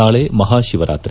ನಾಳೆ ಮಹಾಶಿವರಾತ್ರಿ